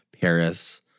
Paris